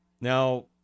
Now